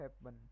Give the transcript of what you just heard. happen